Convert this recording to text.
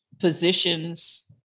positions